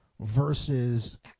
Versus